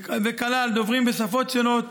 וכלל דוברים בשפות שונות,